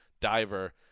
diver